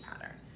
pattern